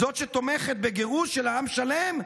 זאת שתומכת בגירוש של עם שלם?